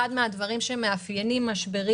אחד הדברים שמאפיינים משברים